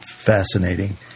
Fascinating